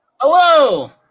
Hello